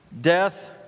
death